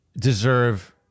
deserve